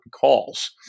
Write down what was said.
calls